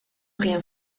rien